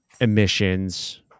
emissions